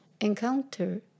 encounter